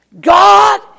God